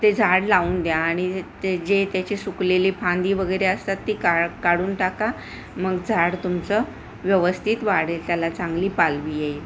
ते झाड लावून द्या आणि ते जे त्याची सुकलेले फांदी वगैरे असतात ती काळ काढून टाका मग झाड तुमचं व्यवस्थित वाढेल त्याला चांगली पालवी येईल